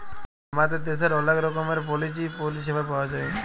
আমাদের দ্যাশের অলেক রকমের পলিচি পরিছেবা পাউয়া যায়